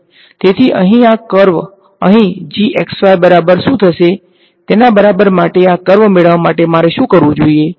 તેથી અહીં આ કર્વ અહી તેના બરાબર માટે આ કર્વ મેળવવા માટે મારે શુ કરવુ જોઈએ